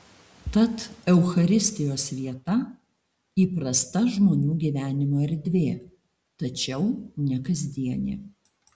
tad eucharistijos vieta įprasta žmonių gyvenimo erdvė tačiau ne kasdienė